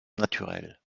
naturelle